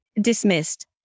dismissed